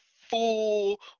full